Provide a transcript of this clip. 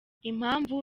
impamvu